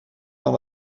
dans